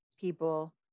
people